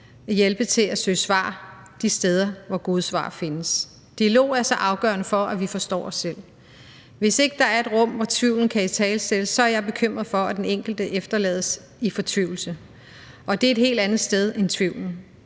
hjælpe til at søge svar de steder, hvor gode svar findes. Dialog er så afgørende for, at vi forstår os selv. Hvis ikke der er et rum, hvor tvivlen kan italesættes, så er jeg bekymret for, at den enkelte efterlades i fortvivlelse, og det er et helt andet sted end tvivlen.